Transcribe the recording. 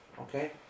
Okay